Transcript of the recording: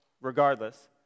regardless